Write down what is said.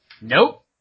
Nope